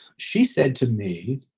she said to me,